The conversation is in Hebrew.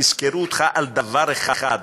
יזכרו אותך על דבר אחד,